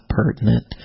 pertinent